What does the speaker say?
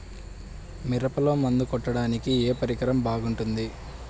మిరపలో మందు కొట్టాడానికి ఏ పరికరం బాగుంటుంది?